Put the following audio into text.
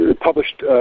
published